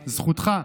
זכותך.